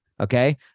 okay